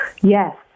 Yes